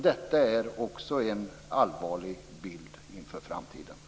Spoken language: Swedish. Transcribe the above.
Detta är också en allvarlig bild inför framtiden.